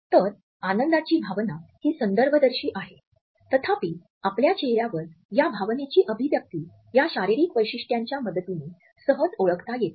तर आनंदाची भावना ही संदर्भदर्शी आहे तथापि आपल्या चेहऱ्यावर या भावनेची अभिव्यक्ति या शारीरिक वैशिष्ट्यांच्या मदतीने सहज ओळखता येते